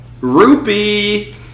Rupee